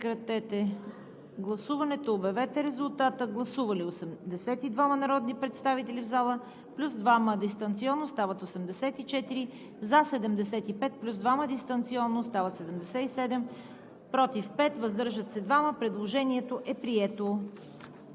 Предложението е прието.